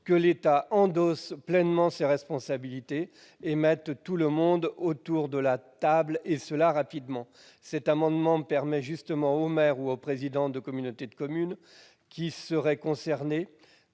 que l'État endosse ses responsabilités et mette tout le monde autour de la table, et cela rapidement. L'adoption de cet amendement permettrait justement aux maires ou aux présidents des communautés de communes qui seraient concernés